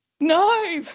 No